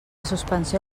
suspensió